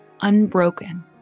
unbroken